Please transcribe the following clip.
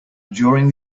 during